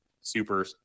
super